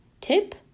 Tip